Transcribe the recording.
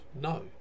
no